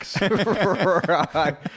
Right